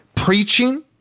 preaching